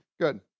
Good